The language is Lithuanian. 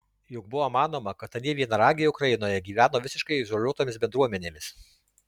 juk buvo manoma kad anie vienaragiai ukrainoje gyveno visiškai izoliuotomis bendruomenėmis